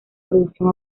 producción